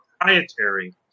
proprietary